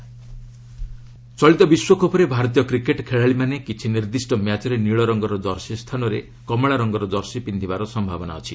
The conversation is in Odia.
କ୍ରିକେଟ୍ ଜର୍ସି ଚଳିତ ବିଶ୍ୱକପ୍ରେ ଭାରତୀୟ କ୍ରିକେଟ୍ ଖେଳାଳିମାନେ କିଛି ନିର୍ଦ୍ଦିଷ୍ଟ ମ୍ୟାଚ୍ରେ ନୀଳ ରଙ୍ଗର କର୍ସି ସ୍ଥାନରେ କମଳା ରଙ୍ଗର କର୍ସି ପିନ୍ଧିବାର ସମ୍ଭାବନା ଅଛି